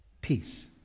Peace